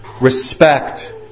respect